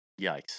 Yikes